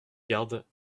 gardes